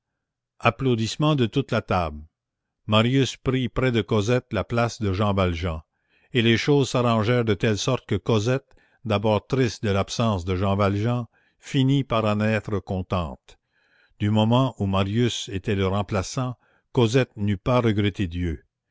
applaudissement de toute la table marius prit près de cosette la place de jean valjean et les choses s'arrangèrent de telle sorte que cosette d'abord triste de l'absence de jean valjean finit par en être contente du moment où marius était le remplaçant cosette n'eût pas regretté dieu